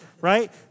right